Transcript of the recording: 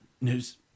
news